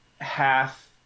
half